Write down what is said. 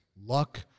luck